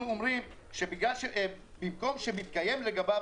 אנחנו אומרים שבמקום: מתקיים לגביו